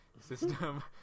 system